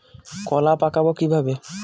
কলা পাকাবো কিভাবে?